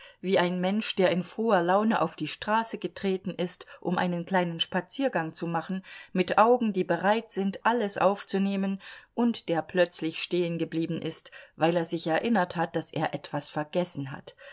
wie ein mensch der in froher laune auf die straße getreten ist um einen kleinen spaziergang zu machen mit augen die bereit sind alles aufzunehmen und der plötzlich stehengeblieben ist weil er sich erinnert hat daß er etwas vergessen hat